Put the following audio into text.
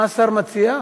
מה השר מציע?